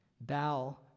Bow